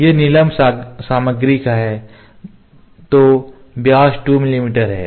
यह नीलम सामग्री का है तो व्यास 2 मिमी है